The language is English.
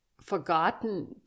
forgotten